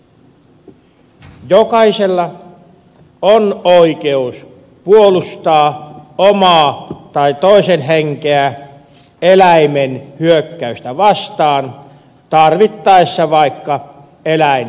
jokaisella on oikeus puolustaa omaa tai toisen henkeä eläimen hyökkäystä vastaan tarvittaessa vaikka eläin surmaamalla